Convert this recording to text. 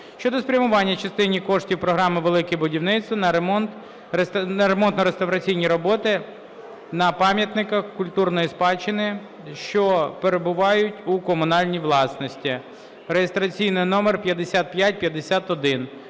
щодо спрямування частини коштів програми "Велике будівництво" на ремонтно-реставраційні роботи на пам’ятках культурної спадщини, що перебувають у комунальній власності (реєстраційний номер 5551).